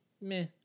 meh